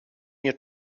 nie